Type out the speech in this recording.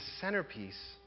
centerpiece